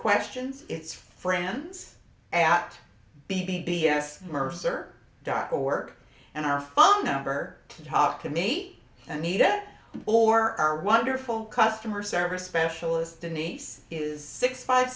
questions its friends at b b b s mercer darko work and our phone number to talk to me and need it or our wonderful customer service specialist denise is six five